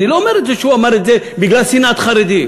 אני לא אומר שהוא אמר את זה בגלל שנאת חרדים.